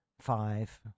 five